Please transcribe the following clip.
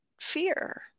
fear